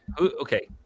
okay